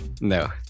No